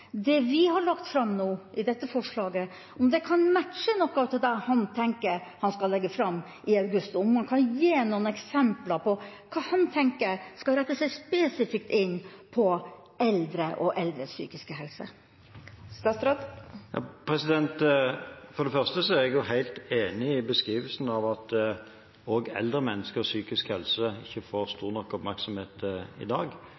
det vi har lagt fram i dette forslaget – om det kan matche noe av det han tenker han skal legge fram i august, og om han kan gi noen eksempler på hva han tenker skal rette seg spesifikt inn mot eldre og eldres psykiske helse. Først: Jeg er helt enig i den beskrivelsen at eldre menneskers psykiske helse ikke får stor nok oppmerksomhet i dag.